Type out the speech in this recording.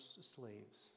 slaves